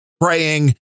praying